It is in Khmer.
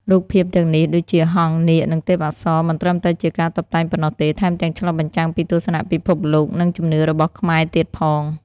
រូបភាពទាំងនេះ ដូចជា ហង្ស នាគ និងទេពអប្សរ មិនត្រឹមតែជាការតុបតែងប៉ុណ្ណោះទេ ថែមទាំងឆ្លុះបញ្ចាំងពីទស្សនៈពិភពលោក និងជំនឿរបស់ខ្មែរទៀតផង។